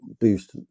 boost